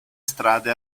strade